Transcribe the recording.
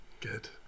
Good